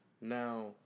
Now